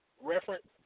reference